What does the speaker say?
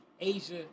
Asia